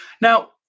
Now